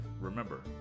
remember